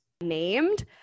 named